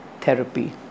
therapy